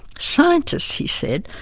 scientists he said,